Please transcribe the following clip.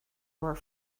were